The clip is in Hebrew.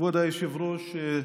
כבוד היושב-ראש,